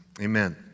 Amen